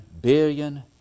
billion